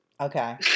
Okay